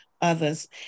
others